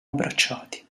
abbracciati